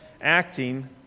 acting